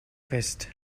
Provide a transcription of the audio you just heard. fest